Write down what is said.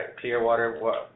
Clearwater